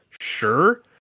sure